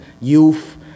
youth